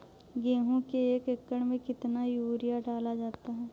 गेहूँ के एक एकड़ में कितना यूरिया डाला जाता है?